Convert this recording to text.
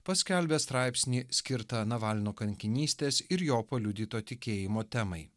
paskelbė straipsnį skirtą navalno kankinystės ir jo paliudyto tikėjimo temai